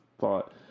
thought